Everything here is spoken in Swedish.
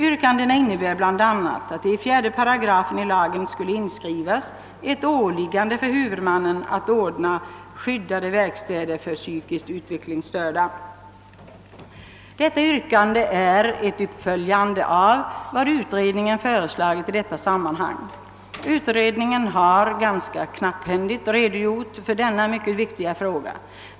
Yrkandena innebär bl.a. att det i 4 § i lagen skulle inskrivas ett åliggande för huvudmannen att ordna skyddade verkstäder för psykiskt utvecklingsstörda. Detta yrkande är ett uppföljande av vad utredningen föreslagit i detta sammanhang. Utredningen har ganska knapphändigt redogjort för denna mycket viktiga fråga.